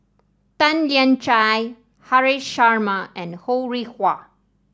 Tan Lian Chye Haresh Sharma and Ho Rih Hwa